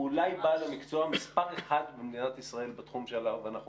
הוא אולי בעל המקצוע מספר אחד במדינת ישראל בתחום שעליו אנחנו מדברים.